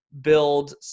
Build